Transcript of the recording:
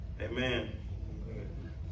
Amen